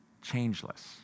changeless